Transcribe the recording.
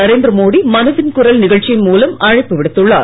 நரேந்திர மோடி மனதின் குரல் நிகழ்ச்சியின் மூலம் அழைப்பு விடுத்துள்ளார்